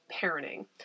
parenting